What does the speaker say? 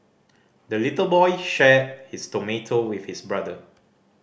the little boy shared his tomato with his brother